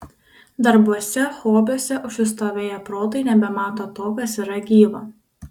darbuose hobiuose užsistovėję protai nebemato to kas yra gyva